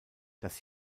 das